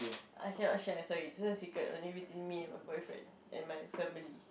I cannot share sorry this one secret only between me and my boyfriend and my family